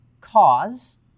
cause